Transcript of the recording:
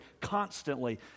constantly